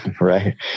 right